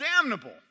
damnable